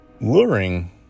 luring